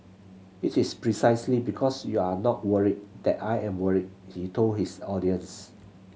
it is precisely because you are not worried that I am worried he told his audience